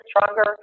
stronger